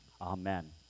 Amen